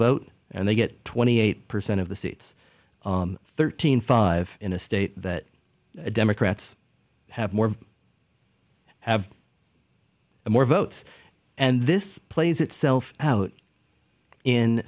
vote and they get twenty eight percent of the seats thirteen five in a state that democrats have more have more votes and this plays itself out in